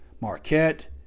Marquette